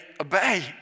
obey